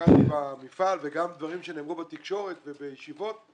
כשביקרתי במפעל וגם דברים שנאמרו בתקשורת ובישיבות,